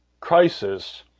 crisis